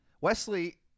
Wesley